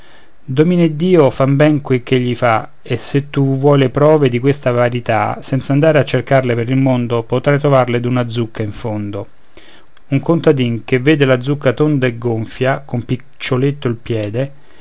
domineddio fa ben quel ch'egli fa e se tu vuoi le prove di questa verità senza andare a cercarle per il mondo potrai trovarle d'una zucca in fondo un contadin che vede la zucca tonda e gonfia con piccioletto il piede